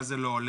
מה זה לא הולם?